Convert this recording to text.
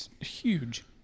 huge